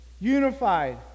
unified